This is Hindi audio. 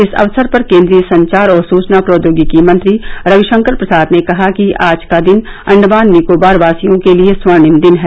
इस अवसर पर केन्द्रीय संचार और सुचना प्रौद्योगिकी मंत्री रविशंकर प्रसाद ने कहा कि आज का दिन अंडमान निकोबार वासियों के लिए स्वर्णिम दिन है